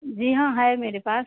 जी हाँ है मेरे पास